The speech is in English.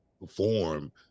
perform